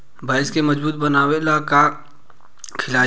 भैंस के मजबूत बनावे ला का खिलाई?